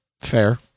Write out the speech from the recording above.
Fair